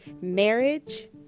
marriage